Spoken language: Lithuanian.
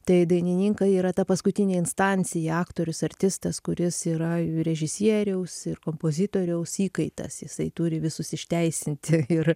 tai dainininkai yra ta paskutinė instancija aktorius artistas kuris yra režisieriaus ir kompozitoriaus įkaitas jisai turi visus išteisinti ir